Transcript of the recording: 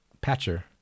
Patcher